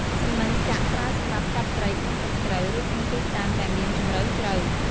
សំណាញ់ចាក់ ប្រើសម្រាប់ចាប់ត្រីក្នុងទឹកជ្រៅ ឬក្នុងទីតាំងដែលមានជម្រៅជ្រៅ។